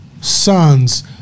Sons